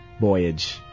voyage